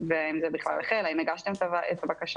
ואם בכלל הגישו את הבקשה.